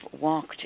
walked